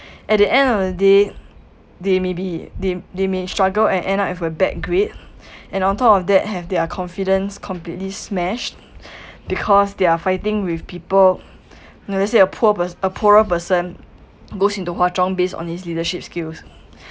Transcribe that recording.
at the end of the day they may be they they may struggle and end up with a bad grade and on top of that have their confidence completely smashed because they are fighting with people you know let's say a poor person a poorer person goes into hwa chong based on his leadership skills